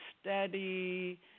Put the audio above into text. steady